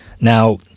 Now